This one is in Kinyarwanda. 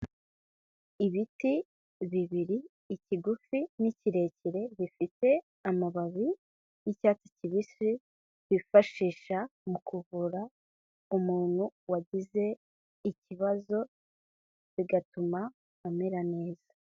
Ibiti bibiri, ikigufi ni kirerekire gifite amababi y'icyatsi kibisi, bifashisha mu kuvura umuntu wagize ikibazo bigatuma amera neza.